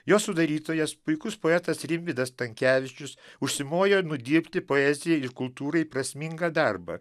jos sudarytojas puikus poetas rimvydas stankevičius užsimojo nudirbti poezijai ir kultūrai prasmingą darbą